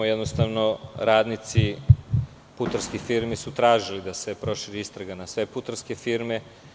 Jednostavno, radnici putarskih firmi su tražili da se proširi istraga na sve putarske firme.